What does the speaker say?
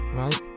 right